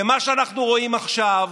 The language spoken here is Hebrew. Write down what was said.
ומה שאנחנו רואים עכשיו,